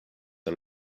and